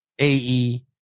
AE